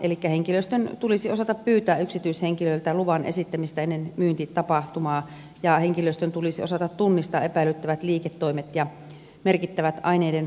elikkä henkilöstön tulisi osata pyytää yksityishenkilöiltä luvan esittämistä ennen myyntitapahtumaa ja henkilöstön tulisi osata tunnistaa epäilyttävät liiketoimet ja merkittävät aineiden katoa miset ja ilmoittaa niistä